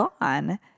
gone